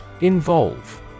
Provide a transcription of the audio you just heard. Involve